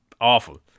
awful